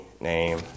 name